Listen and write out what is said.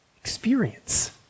experience